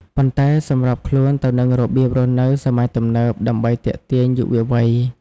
ប៉ុន្តែសម្របខ្លួនទៅនឹងរបៀបរស់នៅសម័យទំនើប ដើម្បីទាក់ទាញយុវវ័យ។